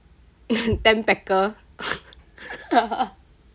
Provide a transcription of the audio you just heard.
temp packer